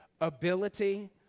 ability